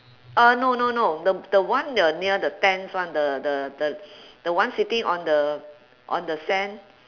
ah no no no the the one the near the tents one the the the the one sitting on the on the sand